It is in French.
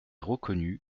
reconnue